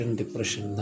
depression